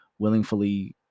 willingfully